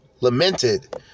lamented